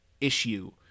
issue